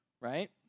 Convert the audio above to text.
right